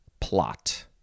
plot